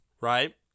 right